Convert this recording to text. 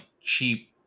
cheap